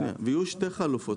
ויהיו שתי חלופות,